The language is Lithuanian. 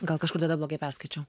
gal kažkur tadablogai perskaičiau